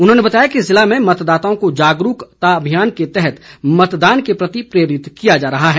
उन्होंने बताया कि जिले में मतदाताओं को जागरूकता अभियान के तहत मतदान के प्रति प्रेरित किया जा रहा है